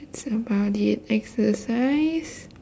that's about it exercise